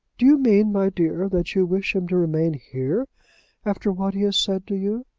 do you mean, my dear, that you wish him to remain here after what he has said to you?